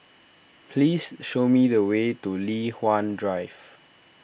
please show me the way to Li Hwan Drive